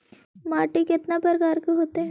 माटी में कितना प्रकार के होते हैं?